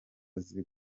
azi